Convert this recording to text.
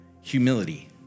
humility